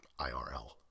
IRL